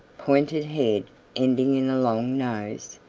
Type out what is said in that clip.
pointed head ending in a long nose.